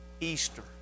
Easter